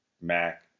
Mac